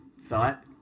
thought